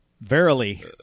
Verily